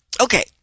Okay